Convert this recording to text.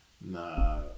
Nah